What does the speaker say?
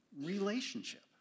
relationship